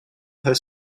her